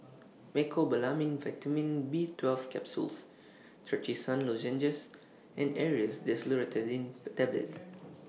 Mecobalamin Vitamin B twelve Capsules Trachisan Lozenges and Aerius DesloratadineTablets